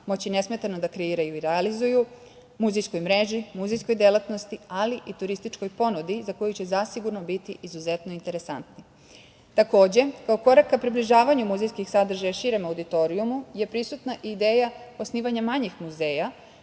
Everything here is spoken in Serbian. moći nesmetano da kreiraju i realizuju, muzejskoj mreži, muzejskoj delatnosti, ali i turističkoj ponudi za koju će zasigurno biti izuzetno interesantni. Takođe, kao korak ka približavanju muzejskih sadržaja širom auditorijumu je prisutna i ideja osnivanja manjih muzeja